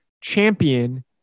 champion